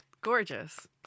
Gorgeous